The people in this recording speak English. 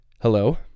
hello